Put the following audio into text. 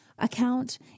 account